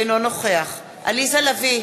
יוסי יונה, אינו נוכח שלי יחימוביץ,